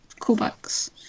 callbacks